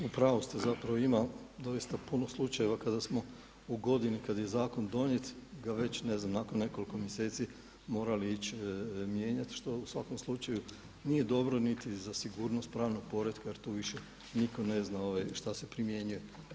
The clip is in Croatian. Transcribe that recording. Da, u pravu ste, zapravo ima doista puno slučajeva kada smo u godini kada je zakon donijet ga već, ne znam nakon nekoliko mjeseci morali ići mijenjati što u svakom slučaju nije dobro niti za sigurnost pravnog poretka jer tu više nitko ne zna šta se primjenjuje.